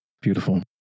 Beautiful